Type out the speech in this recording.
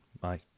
bye